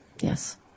Yes